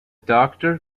doctor